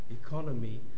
economy